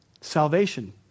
Salvation